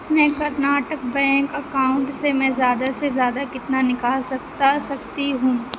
اپنے Karnataka bank account سے میں زیادہ سے زیادہ کتنا نکال سکتا سکتی ہوں